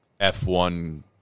F1